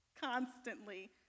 constantly